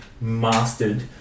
mastered